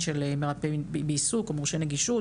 של מרפא בעיסוק או מורשה נגישות,